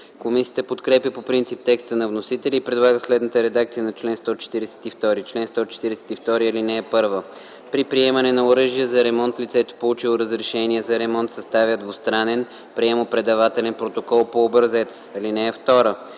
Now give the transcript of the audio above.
Комисията подкрепя по принцип текста на вносителя и предлага следната редакция на чл. 142: „Чл. 142. (1) При приемане на оръжие за ремонт, лицето получило разрешение за ремонт съставя двустранен приемо-предавателен протокол по образец. (2)